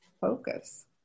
focus